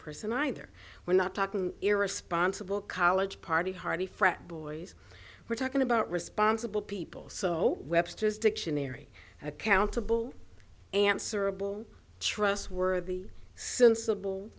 person either we're not talking irresponsible college party hardy frat boys we're talking about responsible people so webster's dictionary accountable answerable trustworthy s